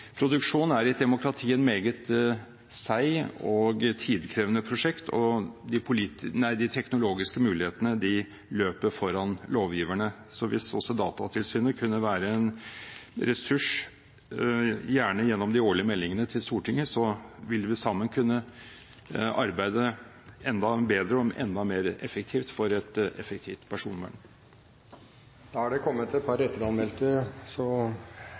er i et demokrati et meget seigt og tidkrevende prosjekt, og de teknologiske mulighetene løper foran lovgiverne. Så hvis også Datatilsynet kunne være en ressurs, gjerne gjennom de årlige meldingene til Stortinget, ville vi sammen kunne arbeide enda bedre og enda mer effektivt for et effektivt